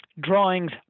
drawings